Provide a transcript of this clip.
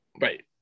Right